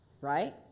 right